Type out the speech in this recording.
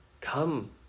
Come